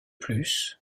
plus